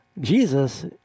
Jesus